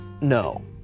no